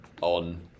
on